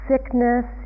Sickness